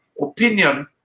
opinion